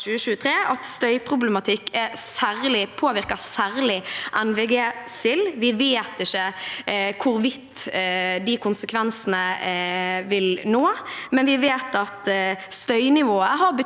at støyproblematikk påvirker særlig NVG-sild. Vi vet ikke hvor vidt de konsekvensene vil nå, men vi vet at støynivået har betydning